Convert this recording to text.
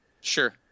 Sure